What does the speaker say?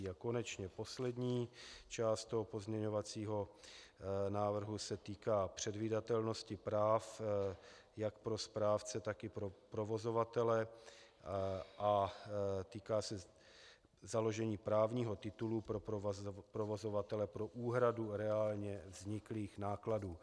A konečně poslední část pozměňovacího návrhu se týká předvídatelnosti práv jak pro správce, tak i pro provozovatele a týká se založení právního titulu pro provozovatele pro úhradu reálně vzniklých nákladů.